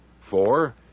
Four